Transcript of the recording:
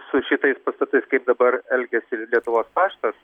su šitais pastatais kaip dabar elgiasi lietuvos paštas